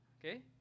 Okay